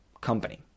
company